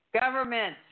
Government